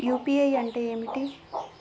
UPI అంటే ఏమిటి?